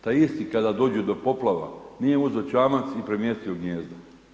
Taj isti kada dođe do poplava, nije uzeo čamac i premjestio gnijezdo.